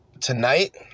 tonight